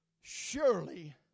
Surely